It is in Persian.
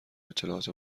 اطلاعات